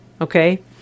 Okay